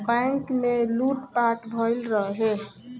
bank में लूट पाट भईल रहे